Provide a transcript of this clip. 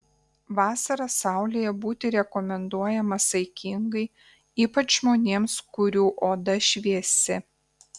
vasarą saulėje būti rekomenduojama saikingai ypač žmonėms kurių oda šviesi